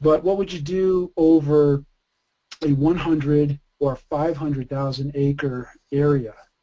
but what would you do over one hundred or five hundred thousand-acre area?